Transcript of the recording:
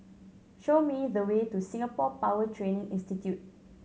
show me the way to Singapore Power Training Institute